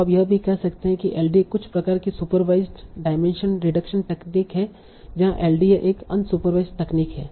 तो आप यह भी कह सकते हैं कि एलडीए कुछ प्रकार की सुपरवाईसड डायमेंशन रिडक्शन तकनीक है जहां एलडीए एक अनसुपरवाईसड तकनीक है